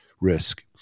risk